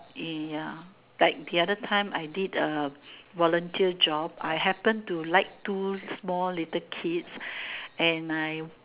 ya like the other time I did a volunteer job I happen to like two small little kids and I